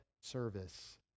service